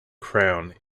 crown